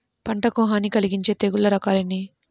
పంటకు హాని కలిగించే తెగుళ్ల రకాలు ఎన్ని?